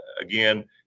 again